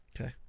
Okay